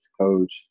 coach